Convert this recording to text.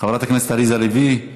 חברת הכנסת עליזה לביא,